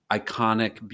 iconic